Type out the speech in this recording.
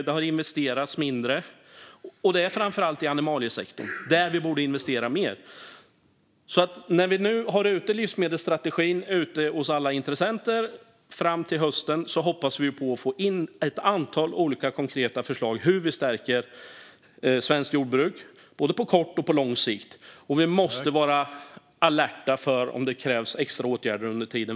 Det har investerats mindre, och framför allt i animaliesektorn där det borde investeras mer. Livsmedelsstrategin finns nu ute hos alla intressenter fram till hösten, och vi hoppas få in ett antal olika konkreta förslag på hur vi stärker svenskt jordbruk på både kort och lång sikt. Och vi måste vara alerta om det krävs extra åtgärder under tiden.